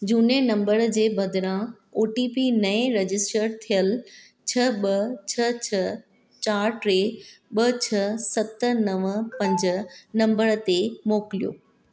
जूने नंबर जे बदिरां ओ टी पी नएं रजिस्टरु थियलु छह ॿ छह चार टे ॿ छह सत नव पंज नंबर ते मोकिलियो